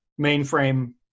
mainframe